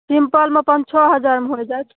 सिंपलमे पाॅंच छओ हजारमे होइ जायत